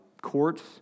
courts